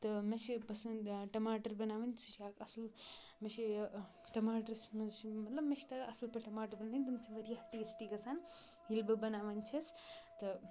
تہٕ مےٚ چھِ پَسنٛد ٹماٹَر بَناوٕنۍ سُہ چھِ اَکھ اَصٕل مےٚ چھِ یہِ ٹَماٹَرَس منٛز چھِ مطلب مےٚ چھِ تَتھ اَصٕل پٲٹھۍ ٹَماٹَر بَناوٕنۍ تِم چھِ وارِیاہ ٹیسٹی گژھان ییٚلہِ بہٕ بَناوان چھَس تہٕ